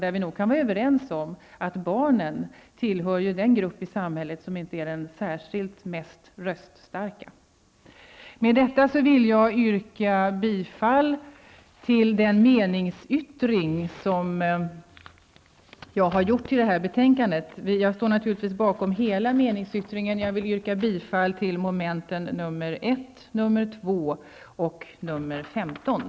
Vi är nog överens om att barnen inte tillhör den mest röststarka gruppen i samhället. Med detta vill jag yrka bifall till den meningsyttring som jag har fogat vid detta betänkande. Jag står naturligtvis bakom hela meningsyttringen, men jag yrkar bifall till dess hemställan under mom. 1, 2 och